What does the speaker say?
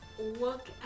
Look